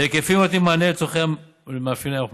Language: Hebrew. בהיקפים הנותנים מענה לצרכיה ולמאפייניה של האוכלוסייה.